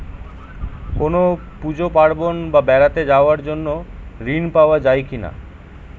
কোনো পুজো পার্বণ বা বেড়াতে যাওয়ার জন্য ঋণ পাওয়া যায় কিনা?